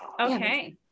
Okay